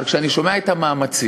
אבל כשאני שומע את המאמצים,